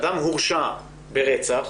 אדם הורשע ברצח,